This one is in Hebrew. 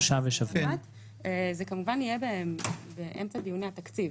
זה יהיה, כמובן, באמצע דיוני התקציב.